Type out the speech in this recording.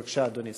בבקשה, אדוני.